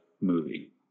movie